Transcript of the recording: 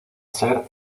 ser